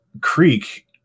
creek